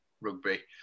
rugby